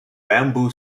bamboo